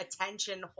attention